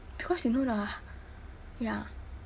because you know the ya